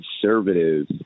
conservative